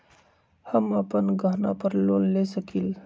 हम अपन गहना पर लोन ले सकील?